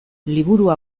liburua